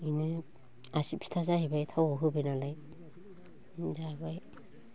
इनो आसि फिथा जाहैबाय थावआव होबायनालाय जाबाय